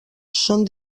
són